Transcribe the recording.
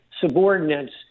subordinates